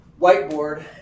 whiteboard